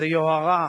זה יוהרה.